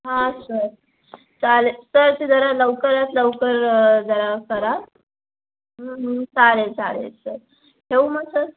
हां सर चालेल सर ते जरा लवकरात लवकर जरा करा चालेल चालेल सर ठेऊ मग सर